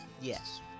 Yes